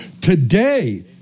today